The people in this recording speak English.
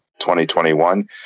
2021